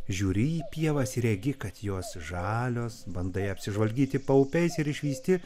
žiūri į pievas ir regi kad jos žalios bandai apsižvalgyti paupiais ir išvysti